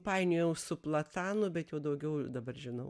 painiojau su platanų bet jau daugiau dabar žinau